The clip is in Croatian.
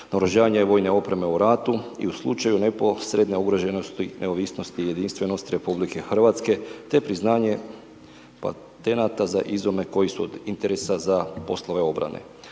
naoružanja i vojne opreme u ratu i u slučaju neposredne ugroženosti neovisnosti i jedinstvenosti RH te priznanje patenata za izume koji su od interesa za poslove obrane.